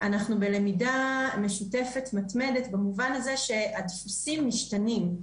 אנחנו בלמידה משותפת מתמדת במובן הזה שהדפוסים משתנים.